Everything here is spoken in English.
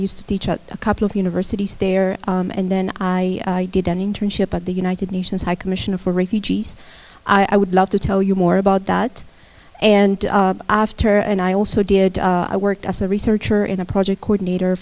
used to teach at a couple of universities stare and then i did an internship at the united nations high commissioner for refugees i would love to tell you more about that and after and i also did i worked as a researcher in a project coordinator